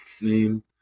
name